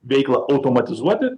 veiklą automatizuoti